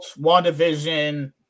WandaVision